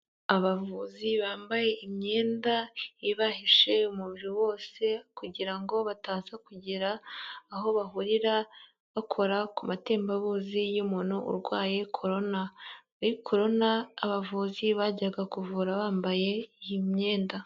Abavuzi bambaye imyenda ibahishe umubiri wose kugira ngo bataza kugera aho bahurira bakora ku matembabuzi y'umuntu urwaye korona, muri Korona abavuzi bajyaga kuvura bambaye iyi myenda.